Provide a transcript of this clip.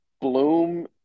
Bloom